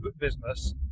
business